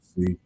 See